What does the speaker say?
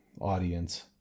audience